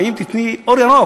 ואם תיתני אור ירוק.